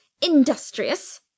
industrious